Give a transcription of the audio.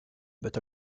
but